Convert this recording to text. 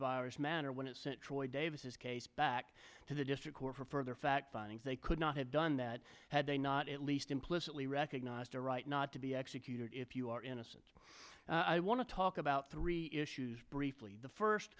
vires manner when it sent troy davis case back to the district court for further fact finding they could not have done that had they not at least implicitly recognized a right not to be executed if you are innocent i want to talk about three issues briefly the first